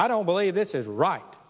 i don't believe this is right